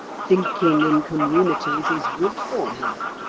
thinking in communities is good for him.